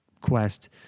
quest